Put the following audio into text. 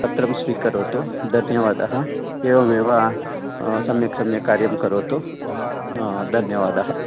पत्रं स्वीकरोतु धन्यवादः एवमेव सम्यक् सम्यक् कार्यं करोतु धन्यवादः